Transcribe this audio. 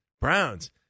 Browns